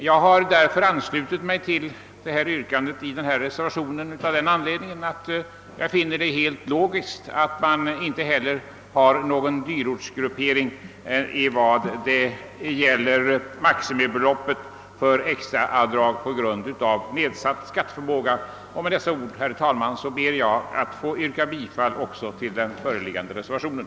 Jag har anslutit mig till yrkandet i reservationen, därför att jag finner det helt logiskt att inte heller ha någon dyrortsgruppering när det gäller maximibeloppet för extraavdrag på grund av nedsatt skatteförmåga. Med dessa ord ber jag, herr talman, att få yrka bifall till den föreliggande reservationen.